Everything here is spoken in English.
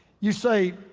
you say,